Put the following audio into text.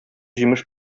җимеш